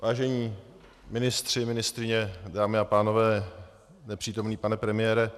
Vážení ministři, ministryně, dámy a pánové, nepřítomný pane premiére.